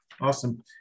Awesome